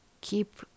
keep